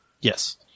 Yes